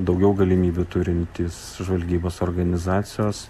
daugiau galimybių turintys žvalgybos organizacijos